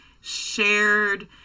shared